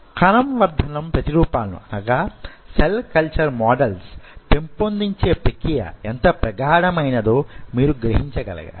కణ వర్ధనం ప్రతిరూపాలను సెల్ కల్చర్ మోడల్స్ పెంపొందించే ప్రక్రియ యెంత ప్రగాఢమైనదో మీరు గ్రహించగలగాలి